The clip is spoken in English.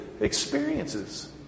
experiences